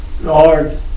Lord